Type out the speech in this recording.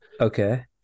okay